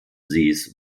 sees